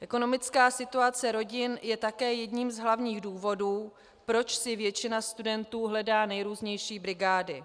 Ekonomická situace rodin je také jedním z hlavních důvodů, proč si většina studentů hledá nejrůznější brigády.